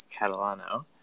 Catalano